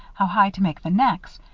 how high to make the necks,